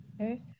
Okay